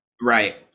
Right